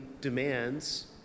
demands